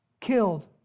killed